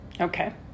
Okay